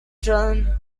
turn